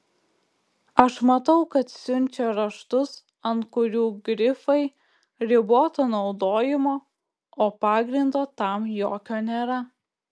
aš matau kad siunčia raštus ant kurių grifai riboto naudojimo o pagrindo tam jokio nėra